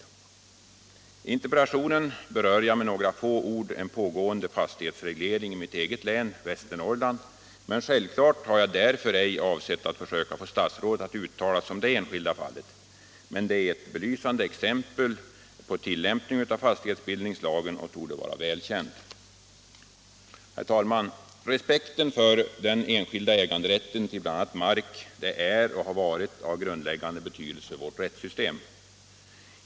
I interpellationen berör jag med några ord en pågående fastighetsreglering i mitt eget län, Västernorrland, men självfallet har jag därför ej avsett att försöka få statsrådet att uttala sig om detta enskilda fall. Men det är ett belysande exempel på tillämpningen av fastighetsbildningslagen och torde vara välkänt. Herr talman! Respekten för den enskilda äganderätten till bl.a. mark är och har varit av grundläggande betydelse för vårt rättssystem.